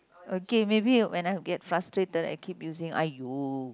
okay maybe when I get frustrated I keep using !aiyo!